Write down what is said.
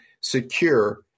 secure